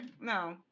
no